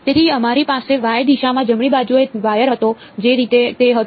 તેથી અમારી પાસે y દિશામાં જમણી બાજુએ વાયર હતો જે રીતે તે હતું